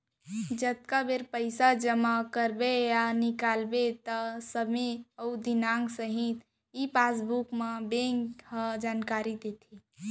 जतका बेर पइसा जमा करबे या निकालबे त समे अउ दिनांक सहित ई पासबुक म बेंक ह जानकारी देथे